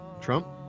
Trump